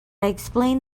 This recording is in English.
explained